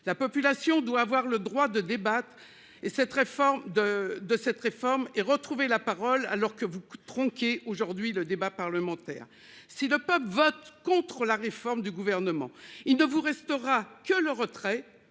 La population doit avoir le droit de débattent et cette réforme de de cette réforme et retrouver la parole alors que vous beaucoup tronquée aujourd'hui le débat parlementaire. Si le peuple vote contre la réforme du gouvernement. Il ne vous restera que le retrait